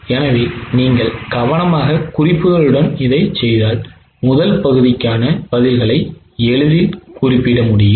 எனவே நீங்கள் கவனமாக குறிப்புகளுடன் இதைச் செய்தால் முதல் பகுதிக்கான பதில்களை எளிதில் குறிப்பிட முடியும்